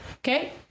okay